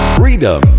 freedom